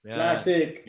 Classic